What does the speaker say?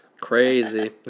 Crazy